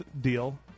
deal